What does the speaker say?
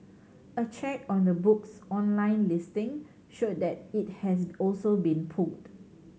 a check on the book's online listing showed that it has also been pulled